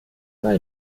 weil